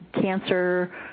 cancer